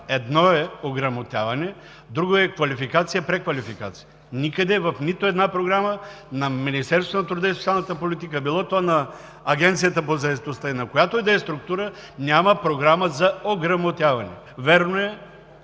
едно е ограмотяване, друго е квалификация и преквалификация! Никъде, в нито една програма на Министерството на труда и социалната политика – било то на Агенцията по заетостта или на която и да е структура, няма програма за ограмотяване! Вярно е